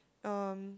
um